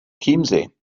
chiemsee